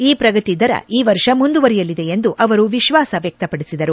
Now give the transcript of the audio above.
ಈ ಪ್ರಗತಿ ದರ ಈ ವರ್ಷ ಮುಂದುವರೆಯಲಿದೆ ಎಂದು ಅವರು ವಿಶ್ವಾಸ ವ್ಯಕ್ತಪಡಿಸಿದರು